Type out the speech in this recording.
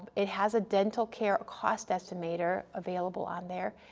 it has a dental care cost estimator available on there,